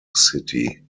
city